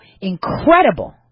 incredible